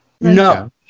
No